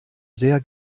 sehr